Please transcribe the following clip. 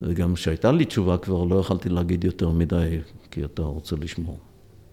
וגם כשהייתה לי תשובה כבר לא יכולתי להגיד יותר מדי כי אתה רוצה לשמור.